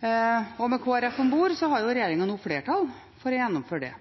Med Kristelig Folkeparti om bord har jo regjeringen nå flertall for å gjennomføre det.